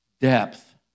depth